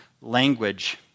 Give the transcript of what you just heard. language